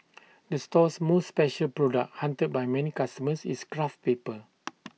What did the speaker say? the store's most special product hunted by many customers is craft paper